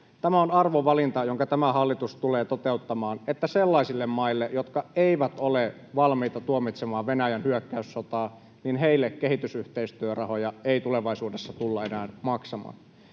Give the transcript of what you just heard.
Tämä on arvovalinta, jonka tämä hallitus tulee toteuttamaan, että sellaisille maille, jotka eivät ole valmiita tuomitsemaan Venäjän hyökkäyssotaa, kehitysyhteistyörahoja ei tulevaisuudessa tulla enää maksamaan.